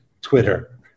Twitter